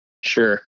sure